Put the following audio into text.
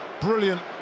Brilliant